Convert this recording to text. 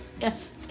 Yes